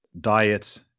diets